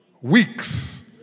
Weeks